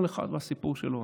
כל אחד והסיפור שלו.